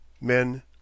men